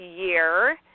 year